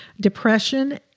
depression